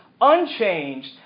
unchanged